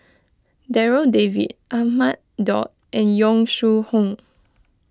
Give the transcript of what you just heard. Darryl David Ahmad Daud and Yong Shu Hoong